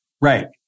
Right